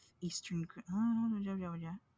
eastern